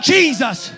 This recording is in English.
Jesus